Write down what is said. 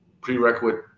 prerequisite